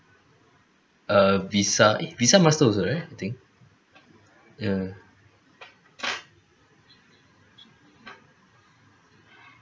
uh visa eh visa master also right I think ya